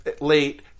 late